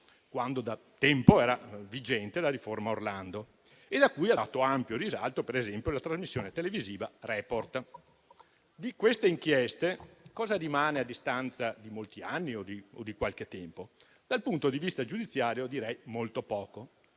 quando da tempo era vigente la riforma Orlando e a cui ha dato ampio risalto, per esempio, la trasmissione televisiva «Report». Cosa rimane di queste inchieste a distanza di molti anni o di qualche tempo? Dal punto di vista giudiziario direi molto poco;